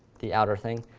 the outer thing.